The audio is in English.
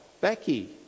Becky